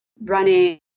running